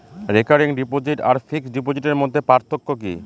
Recurring deposit আর fixed ডিপোজিটের মধ্যে পার্থক্য কি?